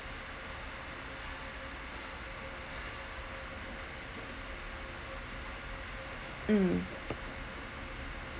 mm